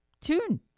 tune